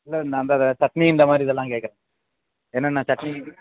இல்லை நான் அந்த சட்னி இந்த மாதிரி இதெல்லாம் கேட்குறேன் என்னென்ன சட்னி